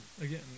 Again